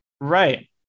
right